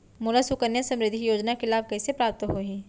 मोला सुकन्या समृद्धि योजना के लाभ कइसे प्राप्त होही?